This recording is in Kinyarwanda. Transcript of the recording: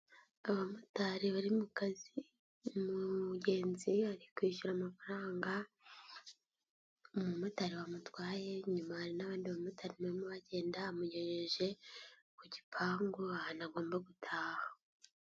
Abamotari bari mu kazi, umugenzi ari kwishyura amafaranga, umumotari wamutwaye, inyuma hari n'abandi bamotari barimo bagenda, amugejeje ku gipangu, ahantu agomba gutaha.